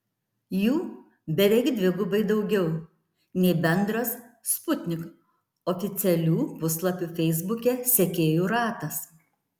jų beveik dvigubai daugiau nei bendras sputnik oficialių puslapių feisbuke sekėjų ratas